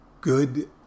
good